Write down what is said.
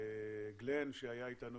וגלן שהיה אתנו